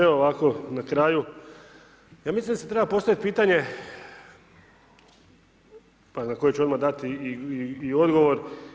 Evo ovako, na kraju, ja mislim da se treba postaviti pitanje, pa na koje ću odmah dati i odgovor.